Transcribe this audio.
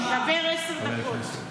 הוא מדבר עשר דקות.